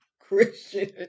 Christian